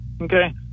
okay